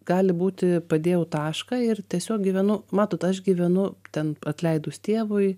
gali būti padėjau tašką ir tiesiog gyvenu matot aš gyvenu ten atleidus tėvui